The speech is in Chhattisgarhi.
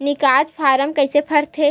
निकास फारम कइसे भरथे?